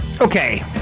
Okay